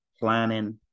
planning